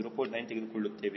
9 ತೆಗೆದುಕೊಳ್ಳುತ್ತೇವೆ